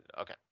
Okay